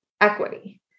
equity